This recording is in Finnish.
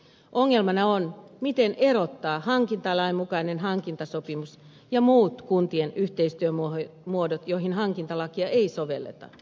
ongelmana on miten erottaa hankintalain mukainen hankintasopimus ja muut kuntien yhteistyömuodot joihin hankintalakia ei sovelleta